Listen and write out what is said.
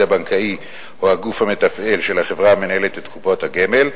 הבנקאי או הגוף המתפעל של החברה המנהלת את קופות הגמל,